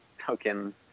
tokens